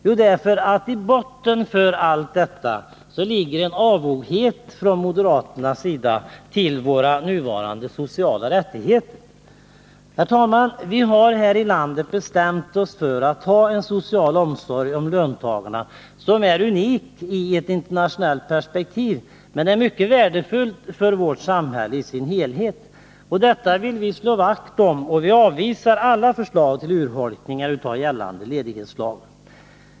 Jo, i botten på allt detta ligger en avoghet från moderaterna mot våra nuvarande sociala rättigheter. Herr talman! Vi har här i landet bestämt oss för en social omsorg om löntagarna, som är unik i ett internationellt perspektiv men mycket värdefull för hela vårt samhälle. Detta vill vi slå vakt om. Vi avvisar alla förslag till urholkningar av gällande ledighetslagar.